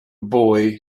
boy